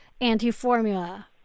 anti-formula